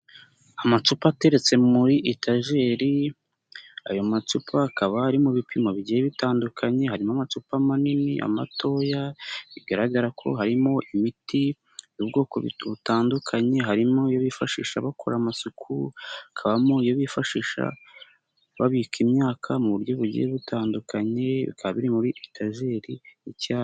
Amacupa ateretse muri etageri, ayo macupa akaba ari mu bipimo bigiye bitandukanye, harimo amacupa manini, amatoya, bigaragara ko harimo imiti y'ubwoko butandukanye, harimo iyo bifashisha bakora amasuku, habakabamo iyo bifashisha babika imyaka mu buryo bugiye butandukanye, bikaba biri muri etajeri y'i icyayi.